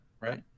Right